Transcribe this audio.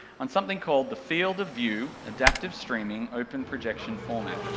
on something called the field of view adaptive streaming open projection format,